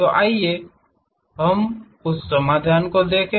तो आइए हम उस समाधान को देखें